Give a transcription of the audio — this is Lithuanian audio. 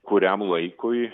kuriam laikui